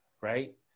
right